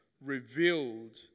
revealed